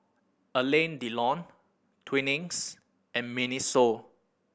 Alain Delon Twinings and MINISO